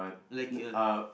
like a